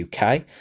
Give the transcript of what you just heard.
UK